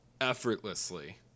effortlessly